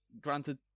granted